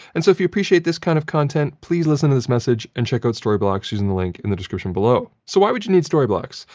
and so if you appreciate this kind of content, please listen to this message and check out storyblocks using the link in the description below. so, why would you need storyblocks?